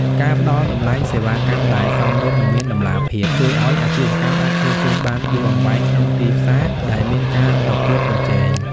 ការផ្ដល់តម្លៃសេវាកម្មដែលសមរម្យ និងមានតម្លាភាព ជួយឱ្យអាជីវកម្មអាចឈរជើងបានយូរអង្វែងក្នុងទីផ្សារដែលមានការប្រកួតប្រជែង។